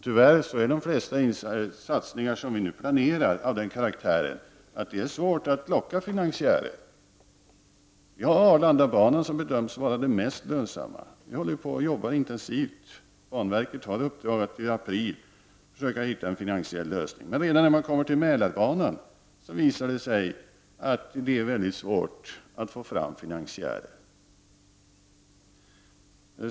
Tyvärr är de flesta satsningar som vi nu planerar av den karaktären att det är svårt att locka finansiärer. Vi har Arlandabanan som bedöms vara den mest lönsamma, och vi håller ju på och jobbar intensivt med den. Banverket har i uppdrag att i april försöka hitta en finansiell lösning. Men redan när man kommer till Mälarbanan visar det sig att det är mycket svårt att få fram finansiärer.